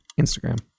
Instagram